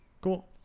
Cool